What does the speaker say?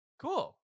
Cool